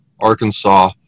Arkansas